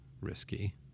risky